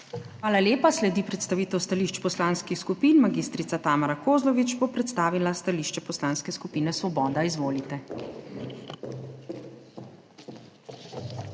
Hvala lepa. Sledi predstavitev stališč poslanskih skupin. Magistrica Tamara Kozlovič bo predstavila stališče Poslanske skupine Svoboda. Izvolite. MAG.